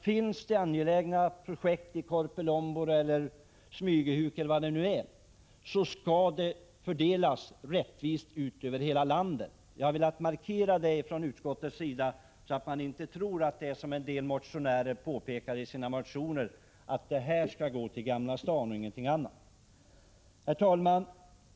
Finns det angelägna projekt i Korpilombolo, Smygehuk eller någon annanstans skall medlen fördelas rättvist ut över hela landet. Jag har velat markera detta från utskottets sida så att inte någon tror att det är som en del motionärer påpekar i sina motioner, att medlen skall gå till Gamla stan och ingenting annat. Herr talman!